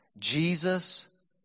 Jesus